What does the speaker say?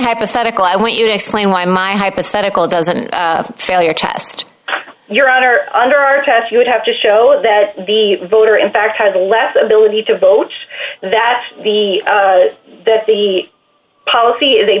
hypothetical i want you to explain why my hypothetical doesn't fail your test your honor under our test you would have to show that the voter in fact has a less ability to vote that the that the policy